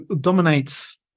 dominates